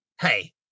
hey